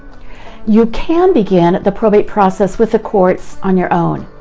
you can begin the probate process with the courts on your own.